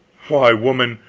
why, woman,